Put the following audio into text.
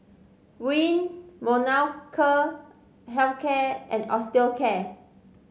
Rene Molnylcke Health Care and Osteocare